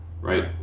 right